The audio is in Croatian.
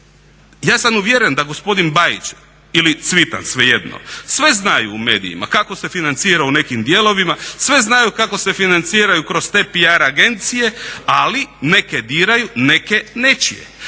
a sam uvjeren da gospodin Bajić ili Cvitan svejedno sve znaju u medijima kako se financira u nekim dijelovima, sve znaju kako se financiraju kroz te PR agencije ali neke diraju neke neće.